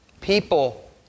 People